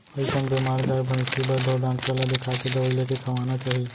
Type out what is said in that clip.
अइसन बेमार गाय भइंसी बर ढोर डॉक्टर ल देखाके दवई लेके खवाना चाही